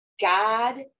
God